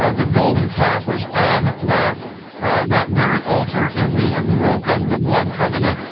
ah the golden calf was on that that very altar, and we had broken the blood covenant,